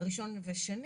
ראשון ושני'.